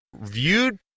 viewed